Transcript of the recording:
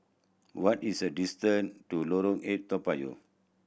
what is the distance to Lorong Eight Toa Payoh